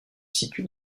situe